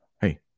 Hey